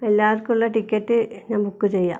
എല്ലാവർക്കുമുള്ള ticket ഞാൻ book ചെയ്യാം